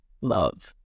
love